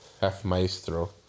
Half-maestro